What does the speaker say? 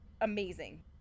amazing